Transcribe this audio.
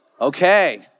Okay